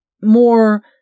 more